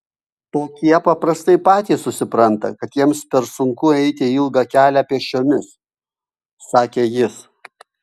tokie paprastai patys susipranta kad jiems per sunku eiti ilgą kelią pėsčiomis sakė jis